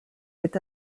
fait